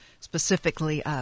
specifically